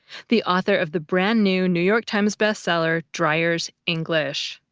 the author of the brand new new york times bestseller dreyer's english.